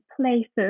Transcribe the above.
places